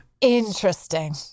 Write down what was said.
Interesting